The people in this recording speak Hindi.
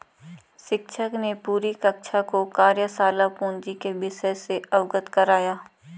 शिक्षक ने पूरी कक्षा को कार्यशाला पूंजी के विषय से अवगत कराया